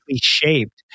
shaped